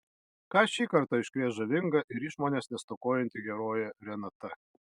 ką šį kartą iškrės žavinga ir išmonės nestokojanti herojė renata